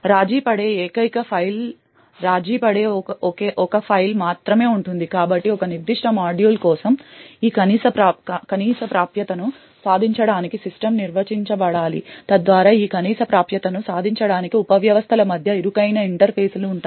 రాజీపడే ఏకైక ఫైల్ రాజీపడే ఒక ఫైల్ మాత్రమే ఉంటుంది కాబట్టి ఒక నిర్దిష్ట మాడ్యూల్ కోసం ఈ కనీస ప్రాప్యతను సాధించడానికి సిస్టమ్ నిర్వచించబడాలి తద్వారా ఈ కనీస ప్రాప్యతను సాధించడానికి ఉప వ్యవస్థల మధ్య ఇరుకైన ఇంటర్ఫేస్లు ఉంటాయి